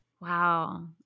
Wow